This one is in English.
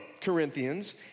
Corinthians